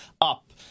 up